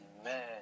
Amen